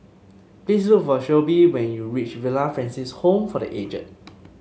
please look for Shelby when you reach Villa Francis Home for The Aged